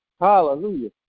hallelujah